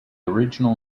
original